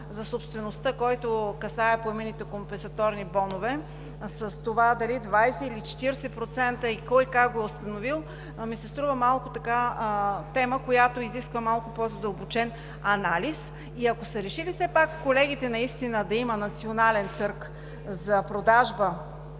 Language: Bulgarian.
за собствеността, който касае промените „компенсаторни бонове“ с това дали 20 или 40% и кой как го е установил, ми се струва тема, която изисква малко по-задълбочен анализ. Ако са решили все пак, колегите да има национален търг за продажба